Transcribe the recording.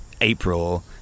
April